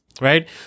right